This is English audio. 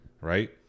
Right